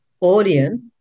audience